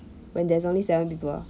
when there's only seven people